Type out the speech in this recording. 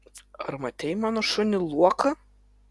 ar matei mano šunį luoką